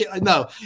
no